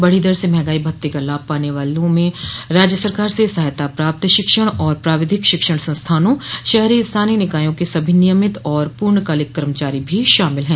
बढ़ी दर से महंगाई भत्ते का लाभ पाने वालों में राज्य सरकार से सहायता प्राप्त शिक्षण और प्राविधिक शिक्षण संस्थानों शहरी स्थानीय निकायों के सभी नियमित व पूर्णकालिक कर्मचारी भी शामिल है